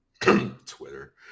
twitter